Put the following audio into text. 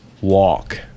walk